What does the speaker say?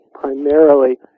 primarily